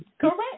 correct